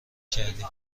کردی